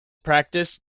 practice